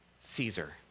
Caesar